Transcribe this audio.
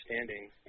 understanding